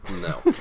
No